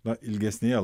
na ilgesnėje